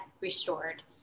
restored